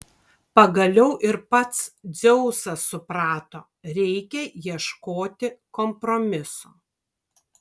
pagaliau ir pats dzeusas suprato reikia ieškoti kompromiso